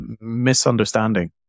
misunderstanding